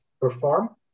perform